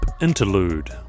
Interlude